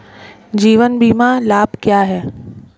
जीवन बीमा लाभ क्या हैं?